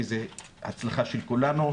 כי זו הצלחה של כולנו.